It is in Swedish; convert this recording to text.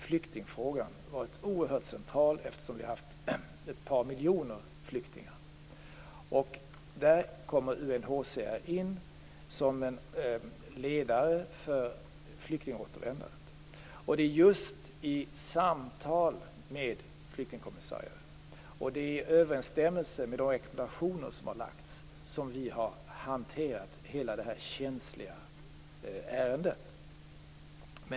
Flyktingfrågan har då varit oerhört central, eftersom det har funnits ett par miljoner flyktingar. UNHCR har här en roll som ledare för flyktingåtervändandet. Det är i samtal med flyktingkommissarien och i överensstämmelse med de rekommendationer som har lagts fram som vi har hanterat hela det här känsliga ärendet.